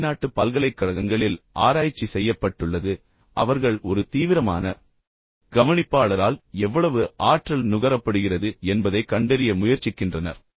பல வெளிநாட்டு பல்கலைக்கழகங்களில் ஆராய்ச்சி செய்யப்பட்டுள்ளது பின்னர் அவர்கள் ஒரு தீவிரமான கவனிப்பாளரால் எவ்வளவு ஆற்றல் நுகரப்படுகிறது என்பதைக் கண்டறிய முயற்சிக்கின்றனர்